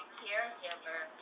caregiver